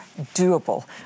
doable